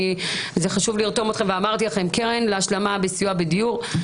חשוב לרתום אתכם לקרן להשלמה בסיוע בדיור.